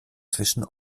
zwischen